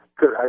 Good